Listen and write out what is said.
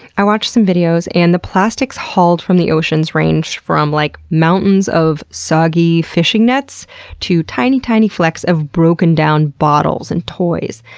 i watched some videos and the plastics hauled from the oceans range from like mountains of soggy fishing nets to tiny, tiny flecks of broken-down bottles and toys.